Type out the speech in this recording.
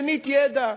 שנית, ידע.